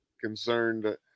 concerned